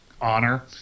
honor